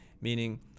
meaning